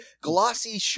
glossy